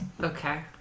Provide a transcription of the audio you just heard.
Okay